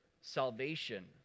salvation